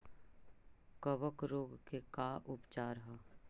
कबक रोग के का उपचार है?